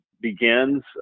begins